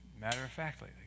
matter-of-factly